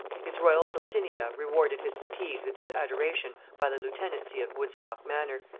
his royal dulcinea rewarded his fatigues and his adoration by the lieutenancy of woodstock manor,